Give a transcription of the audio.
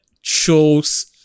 shows